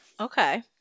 okay